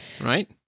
Right